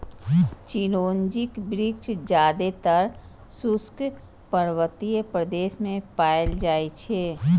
चिरौंजीक वृक्ष जादेतर शुष्क पर्वतीय प्रदेश मे पाएल जाइ छै